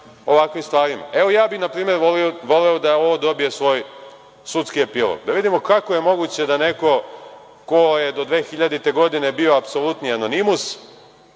ovakvim stvarima. Ja bih npr. voleo da ovo dobije svoj sudski epilog. Da vidimo kako je moguće da neko ko je do 2000. godine bio apsolutni anonimus,